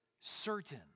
certain